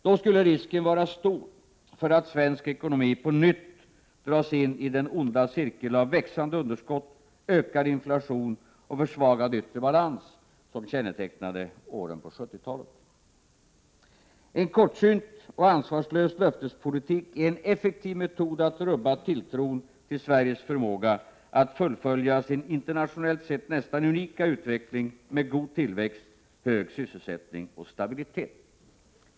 Då skulle risken vara stor för att svensk ekonomi på nytt dras in i den onda cirkel av växande underskott, ökad inflation och försvagad yttre balans som kännetecknade åren på 70-talet. En kortsynt och ansvarslös löftespolitik är en effektiv metod att rubba tilltron till Sveriges förmåga att fullfölja sin internationellt sett nästan unika utveckling med god tillväxt, hög sysselsättning och stabilitet.